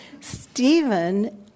Stephen